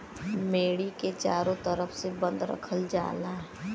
मेड़ी के चारों तरफ से बंद रखल जाला